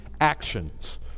actions